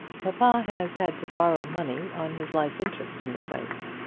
papa has had to borrow money on his life interest in the place.